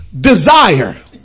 desire